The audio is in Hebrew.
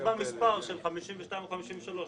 שנקבע מס' של 52 או 53,